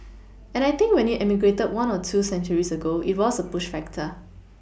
and I think when you emigrated one or two centuries ago it was a push factor